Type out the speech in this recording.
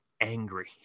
angry